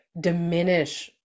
diminish